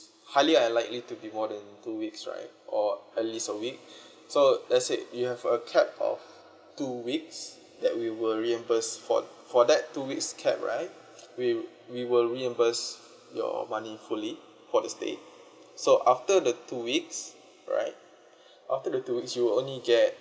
highly unlikely to be more than two weeks right or at least a week so let's say you have a cap of two weeks that we will reimburse for for that two weeks cap right we we will reimburse your money fully for the stay so after the two weeks right after the two weeks you'll only get